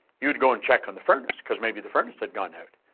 you'd go and check on the furnace, cause maybe the furnace had gone out,